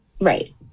right